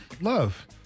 Love